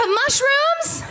mushrooms